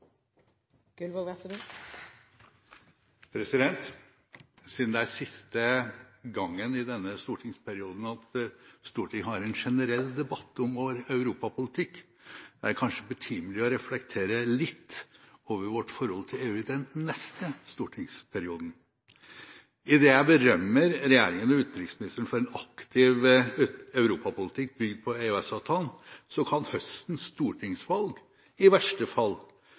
generell debatt om vår europapolitikk, er det kanskje betimelig å reflektere litt over vårt forhold til EU i den neste stortingsperioden. Idet jeg berømmer regjeringen og utenriksministeren for en aktiv europapolitikk bygd på EØS-avtalen, kan høstens stortingsvalg i verste fall